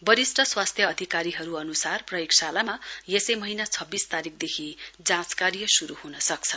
वरिष्ठ स्वास्थ्य अधिकारीहरू अनुसार प्रयोगशालामा यसै महीना छब्बीस तारीकदेखि जाँच कार्य शुरू हुनसक्छ